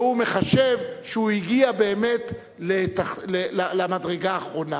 והוא מחשב שהוא הגיע באמת למדרגה האחרונה,